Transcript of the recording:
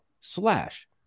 slash